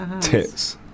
tits